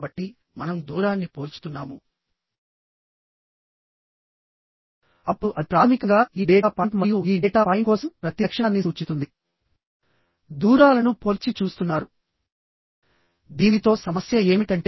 ఇక్కడ P tensile force act అవుతుంది మరియు ఇక్కడ ఒక బోల్ట్ ఉంది ఇది మరొక బోల్ట్ ఇది ఇంకొక బోల్ట్